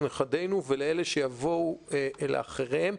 לנכדינו ולאלה שיבואו לאחריהם,